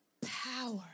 power